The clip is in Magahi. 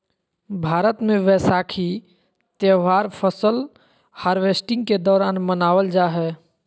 भारत मे वैसाखी त्यौहार फसल हार्वेस्टिंग के दौरान मनावल जा हय